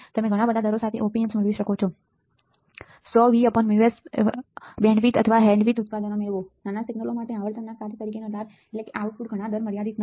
તમે ઘણા બધા દરો સાથે op amps મેળવી શકો છો 1000 Vus 1 Vns બેન્ડવિડ્થ અથવા હેન્ડવિડ્થ ઉત્પાદન મેળવો GBW • નાના સિગ્નલો માટે આવર્તનના કાર્ય તરીકેનો લાભ એટલે કે આઉટપુટ ઘણા દર દ્વારા મર્યાદિત નથી